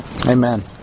Amen